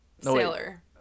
Sailor